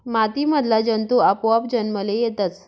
माती मधला जंतु आपोआप जन्मले येतस